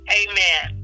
amen